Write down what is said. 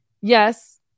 yes